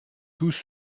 tous